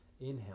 inhale